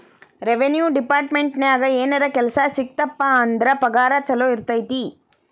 revenue ಡೆಪಾರ್ಟ್ಮೆಂಟ್ನ್ಯಾಗ ಏನರ ಕೆಲ್ಸ ಸಿಕ್ತಪ ಅಂದ್ರ ಪಗಾರ ಚೊಲೋ ಇರತೈತಿ